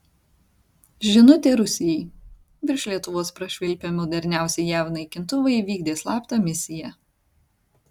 žinutė rusijai virš lietuvos prašvilpę moderniausi jav naikintuvai vykdė slaptą misiją